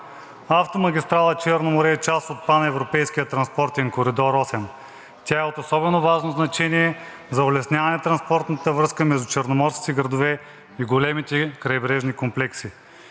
Автомагистрала „Черно море“ е част от Паневропейския транспортен коридор VIII. Тя е от особено важно значение за улесняване на транспортната връзка между черноморските градове и големите крайбрежни комплекси.